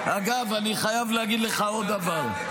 אגב, אני חייב להגיד לך עוד דבר.